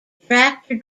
tractor